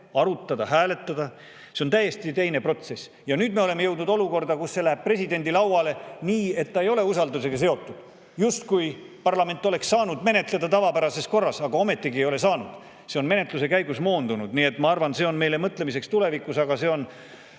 arutada, hääletada. See on täiesti teine protsess. Ja nüüd me oleme jõudnud olukorda, kus see [eelnõu] läheb presidendi lauale nii, et see ei ole usaldusega seotud, justkui parlament oleks saanud menetleda seda tavapärases korras, aga ometigi ei ole saanud. See on menetluse käigus moondunud. Nii et ma arvan, et see on meile mõtlemiseks tulevikus, aga see on